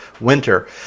Winter